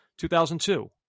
2002